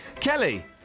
Kelly